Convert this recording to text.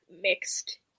mixed